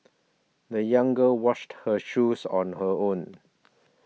the young girl washed her shoes on her own